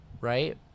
right